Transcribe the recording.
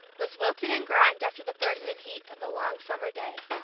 was wilted and grimed after the burden and heat of the long summer day.